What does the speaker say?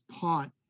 pot